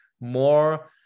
more